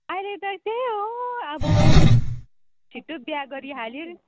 अहिले त के हो अब छिट्टो बिहा गरिहाल्यो